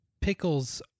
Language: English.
Pickles